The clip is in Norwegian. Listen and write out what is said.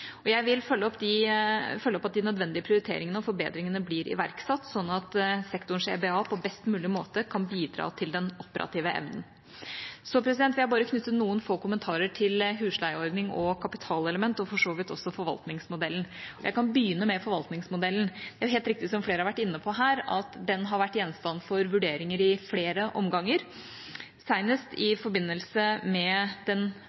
Jeg vil følge opp at de nødvendige prioriteringene og forbedringene blir iverksatt, slik at sektorens EBA på best mulig måte kan bidra til den operative evnen. Så vil jeg knytte noen få kommentarer til husleieordning og kapitalelement og for så vidt også forvaltningsmodellen. Jeg kan begynne med forvaltningsmodellen. Det er helt riktig, som flere har vært inne på her, at den har vært gjenstand for vurderinger i flere omganger, senest i forbindelse med den